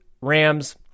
Rams